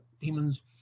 demons